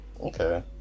Okay